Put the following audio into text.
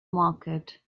market